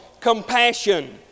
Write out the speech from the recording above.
compassion